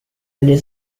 alle